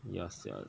ya sia